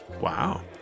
Wow